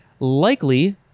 Likely